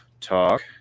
talk